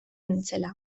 nintzela